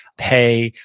pay,